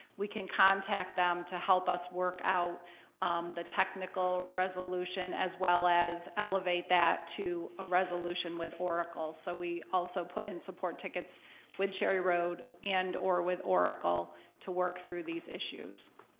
we can contact them to help us work out the technical resolution as well as elevate that to a resolution with oracle. so we also put in support tickets with cherry road and or with oracle to work through these issues.